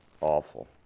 awful